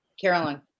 Carolyn